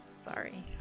Sorry